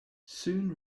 soon